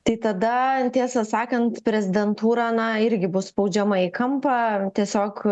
tai tada tiesą sakant prezidentūra na irgi bus spaudžiama į kampą tiesiog